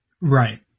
Right